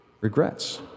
regrets